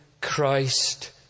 Christ